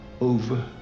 Over